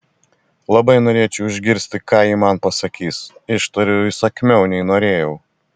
labai norėčiau išgirsti ką ji man pasakys ištariu įsakmiau nei norėjau